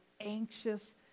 anxious